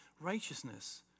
righteousness